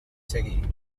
seguir